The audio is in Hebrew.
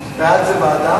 בעד זה ועדה?